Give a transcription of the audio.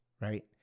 right